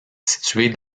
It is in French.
située